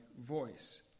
voice